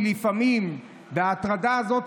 ההטרדה הזאת,